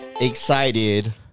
excited